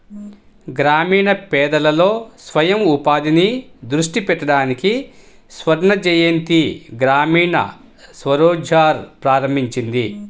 గ్రామీణ పేదలలో స్వయం ఉపాధిని దృష్టి పెట్టడానికి స్వర్ణజయంతి గ్రామీణ స్వరోజ్గార్ ప్రారంభించింది